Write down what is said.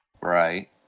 right